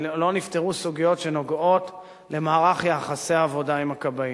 סוגיות שנוגעות במערך יחסי העבודה עם הכבאים.